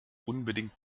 unbedingt